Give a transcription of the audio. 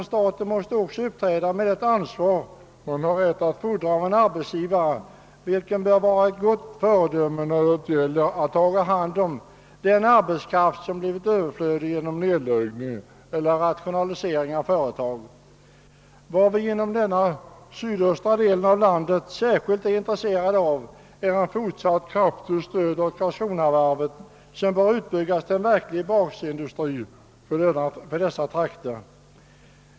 Staten måste också uppträda med det ansvar man har rätt att fordra av en arbetsgivare vilken bör vara ett gott föredöme när det gäller att ta hand om den arbetskraft som blivit överflödig genom nedläggning eller rationalisering av företag. Vad vi inom den sydöstra delen av landet är särskilt intresserade av är ett fortsatt kraftigt stöd åt Karlskronavarvet, som bör utbygbas till en verklig basindustri för detta område.